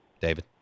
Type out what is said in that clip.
David